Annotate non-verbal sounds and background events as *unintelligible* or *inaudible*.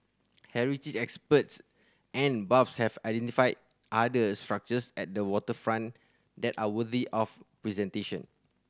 heritage experts and buffs have identified other structures at the waterfront that are worthy of *unintelligible*